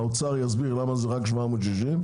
האוצר יסביר למה זה רק 760,